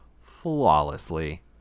flawlessly